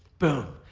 boom.